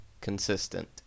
consistent